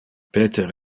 peter